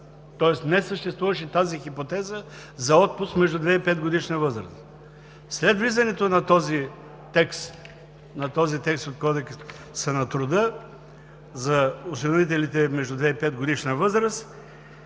тоест не съществуваше тази хипотеза за отпуск между 2 и 5-годишна възраст. След влизането на този текст от Кодекса на труда за осиновителите между 2 и 5-годишна възраст…